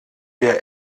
der